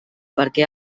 perquè